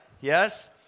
Yes